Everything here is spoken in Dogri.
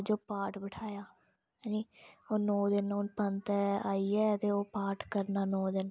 जो पाठ बठाह्या नी ओह् नौ दिन पंतै आइयै ते ओह् पाठ करना नौ दिन